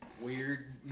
weird